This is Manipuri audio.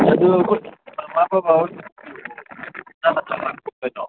ꯑꯗꯨ ꯃꯃꯥ ꯕꯕꯥ ꯍꯣꯏ